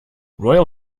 royal